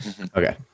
Okay